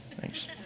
Thanks